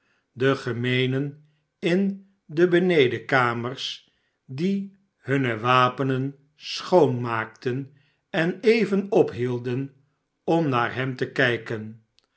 de gemeenen in de benedenkamers die hunne wapenen schoonmaakten en even ophielden om naar hem te kijken